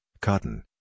cotton